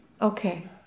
Okay